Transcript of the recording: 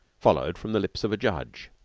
followed from the lips of a judge.